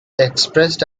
expressed